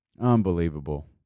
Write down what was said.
Unbelievable